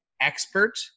expert